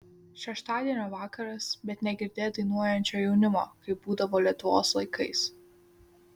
šeštadienio vakaras bet negirdėt dainuojančio jaunimo kaip būdavo lietuvos laikais